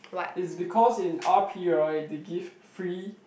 is because in r_p right they give free